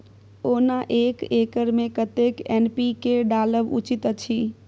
ओना एक एकर मे कतेक एन.पी.के डालब उचित अछि?